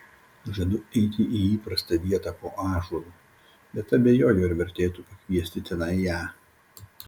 žadu eiti į įprastą vietą po ąžuolu bet abejoju ar vertėtų pakviesti tenai ją